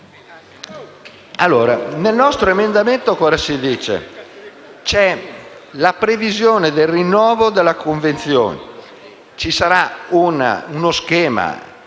Nel nostro emendamento vi è la previsione del rinnovo della convenzione; ci sarà uno schema